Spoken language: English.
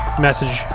message